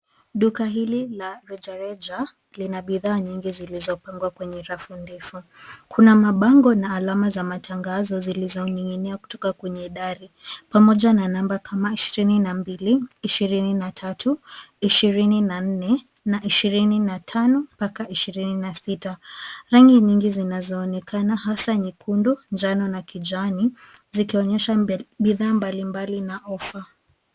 Duka hili la reja reja lina bidhaa nyingi zilizopangwa kwenye rafu ndefu. Kuna mabango na alama za matangazo zilizoning’inia kutoka kwenye dari pamoja na namba kama ishirini na mbili, ishirini na tatu, ishirini na nne, ishirini na tano mpaka ishirini na sita. Rangi nyingi zinazoonekana, hasa nyekundu, njano na kijani, zinaonyesha bidhaa mbalimbali na offer .